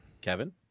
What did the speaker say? Kevin